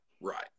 right